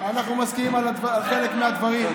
אנחנו מסכימים על חלק מהדברים,